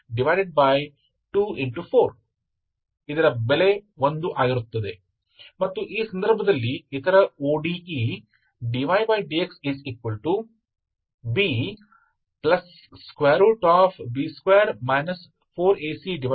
41 ಮತ್ತು ಈ ಸಂದರ್ಭದಲ್ಲಿ ಇತರ ODE dydxBB2 4AC2A 5 52 4